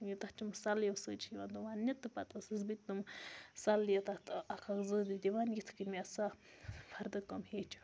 یہِ تَتھ تِمو سَلیو سۭتۍ چھِ یِوان تِم ووننہِ تہٕ پَتہٕ ٲسٕس بہٕ تہِ تِم سَلیہِ تَتھ اَکھ ٲسٕس بہٕ دِوان یِتھ کَنۍ مےٚ سۄ فردٕ کٲم ہیٚچھ